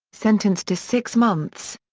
sentenced to six months.